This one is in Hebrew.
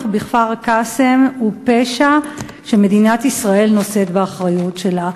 בכפר-קאסם הוא פשע שמדינת ישראל נושאת באחריות לו.